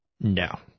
No